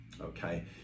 okay